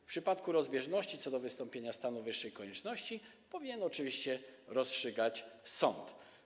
W przypadku rozbieżności co do wystąpienia stanu wyższej konieczności powinien oczywiście rozstrzygać sąd.